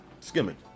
skimming